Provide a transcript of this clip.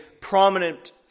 prominent